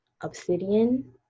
Obsidian